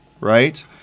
right